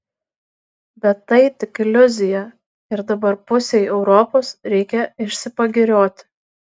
bet tai tik iliuzija ir dabar pusei europos reikia išsipagirioti